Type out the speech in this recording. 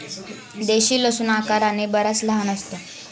देशी लसूण आकाराने बराच लहान असतो